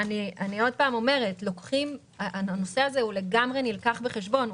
הנושא הזה לגמרי נלקח בחשבון,